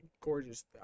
gorgeous